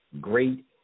great